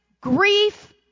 grief